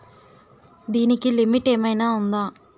దీనికి లిమిట్ ఆమైనా ఉందా?